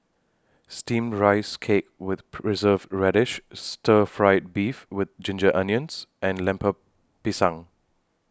Steamed Rice Cake with Preserved Radish Stir Fried Beef with Ginger Onions and Lemper Pisang